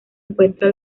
encuentra